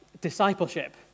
discipleship